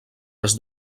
les